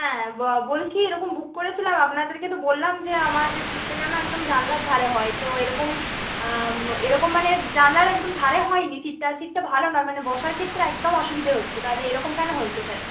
হ্যাঁ বলছি এরকম বুক করেছিলাম আপনাদেরকে তো বললাম যে আমার যে সিটটা যেন একদম জানালার ধারে হয় তো এরকম এরকম মানে জানালার একদম ধারে হয়নি সিটটা আর সিটটা ভালো নয় মানে বসার ক্ষেত্রে একদম অসুবিধে হচ্ছে তাহলে এরকম কেন হয়েছে স্যার